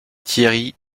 thierry